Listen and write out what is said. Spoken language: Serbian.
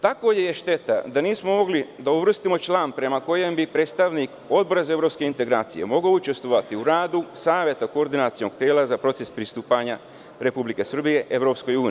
Takođe je šteta da nismo mogli da uvrstimo član prema kojem bi predstavnik Odbora za evropske integracije mogao učestvovati u radu Saveta koordinacionog tela za proces pristupanja Republike Srbije EU.